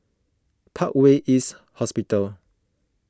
Parkway East Hospital